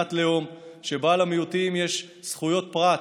מדינת לאום שבה למיעוטים יש זכויות פרט,